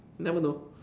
never know